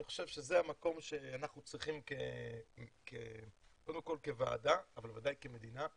אני חושב שזה המקום שאנחנו צריכים קודם כל כוועדה אבל ודאי כמדינה,